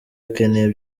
akeneye